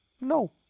No